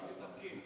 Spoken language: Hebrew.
מסתפקים.